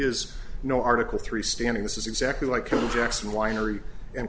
is no article three standing this is exactly like objects winery and